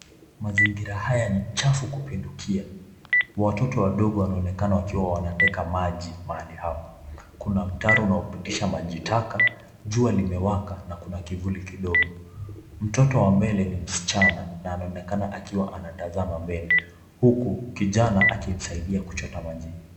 Mazingira haya ni chafu kupindukia. Watoto wadogo wanaonekana wakiwa wanateka maji mahali hapa. Kuna mtaro unaopitisha maji taka, jua limewaka na kuna kivuli kidogo. Mtoto wa mbele ni msichana na anaonekana anatazama mbele, huku kijana akimsaidia kuteka maji.